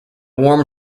warm